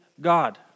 God